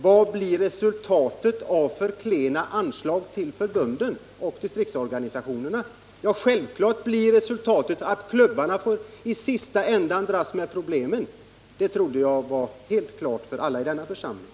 Vad blir resultatet av alltför klena anslag till förbunden och till distriktsorganisationerna? Jo, självfallet i sista hand att klubbarna får dras med problem. Det trodde jag stod helt klart för alla ledamöter av kammaren.